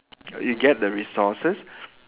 you get the resources